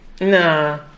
Nah